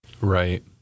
Right